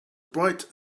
bright